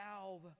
valve